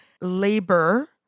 labor